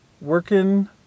working